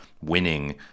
winning